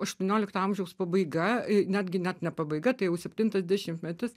aštuoniolikto amžiaus pabaiga netgi net ne pabaiga tai jau septintas dešimtmetis